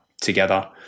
together